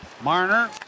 Marner